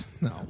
No